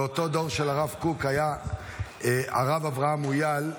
באותו דור של הרב קוק היה הרב אברהם מויאל,